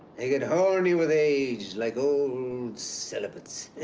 they can hone you with age like old celibates.